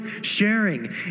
sharing